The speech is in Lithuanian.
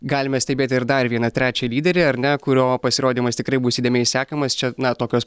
galime stebėti ir dar vieną trečią lyderį ar ne kurio pasirodymas tikrai bus įdėmiai sekamas čia na tokios